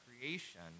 creation